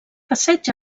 passeig